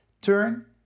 turn